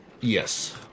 Yes